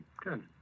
good